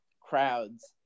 crowds